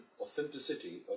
authenticity